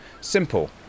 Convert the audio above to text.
Simple